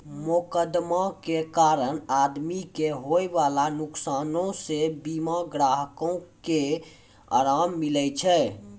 मोकदमा के कारण आदमी के होयबाला नुकसानो से बीमा ग्राहको के अराम मिलै छै